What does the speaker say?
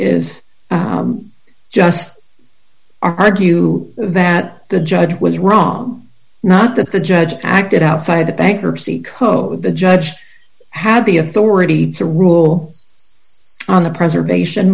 is just argue that the judge was wrong not that the judge acted outside the bankruptcy code the judge had the authority to rule on the preservation